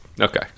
okay